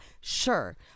sure